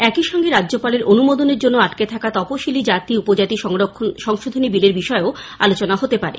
একই সঙ্গে রাজ্যপালের অনুমোদনের জন্য আটকে থাকা তফসিলি জাতি উপজাতি সংরক্ষণ সংশোধনী বিলের বিষয়েও আলোচনা হতে পারে